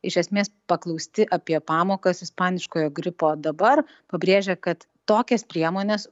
iš esmės paklausti apie pamokas ispaniškojo gripo dabar pabrėžia kad tokias priemones